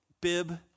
bib